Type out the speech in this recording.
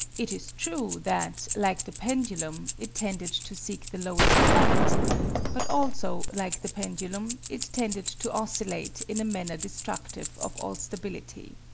it is true, that, like the pendulum, it tended to seek the lowest point but also, like the pendulum, it tended to oscillate in a manner destructive of all stability.